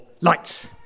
lights